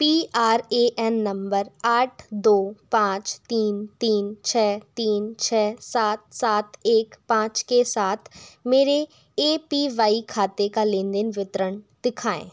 P R A N नंबर आठ दो पाँच तीन तीन छः तीन छः सात सात एक पाँच के साथ मेरे ए पी वाई खाते का लेन देन विवरण दिखाएँ